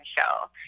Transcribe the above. show